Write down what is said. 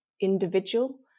individual